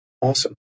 Awesome